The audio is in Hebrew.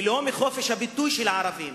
לא מחופש הביטוי של הערבים